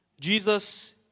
Jesus